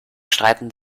streiten